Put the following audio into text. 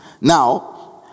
Now